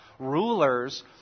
rulers